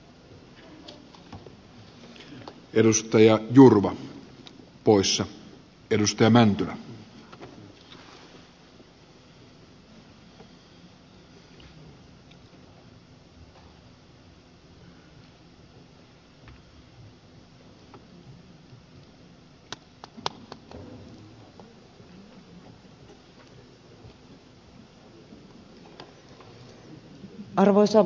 arvoisa puhemies